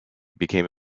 became